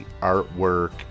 artwork